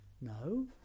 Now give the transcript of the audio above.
No